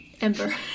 Ember